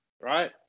right